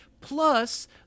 Plus